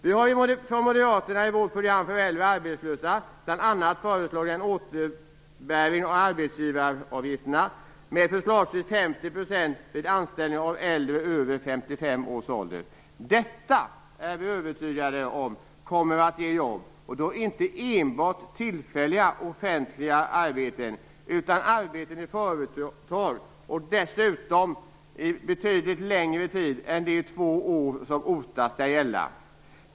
Vi moderater har i vårt program för äldre arbetslösa bl.a. föreslagit en återbäring av arbetsgivaravgifterna med förslagsvis 50 % vid anställning av äldre över 55 års ålder. Detta, är vi övertygade om, kommer att ge jobb, och då inte enbart tillfälliga offentliga arbeten, utan arbeten i företag och dessutom under betydligt längre tid än de två år som OTA skall gälla.